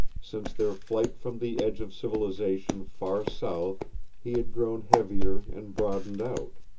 since their flight from the edge of civilization far south he had grown heavier and broadened out.